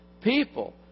people